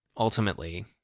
ultimately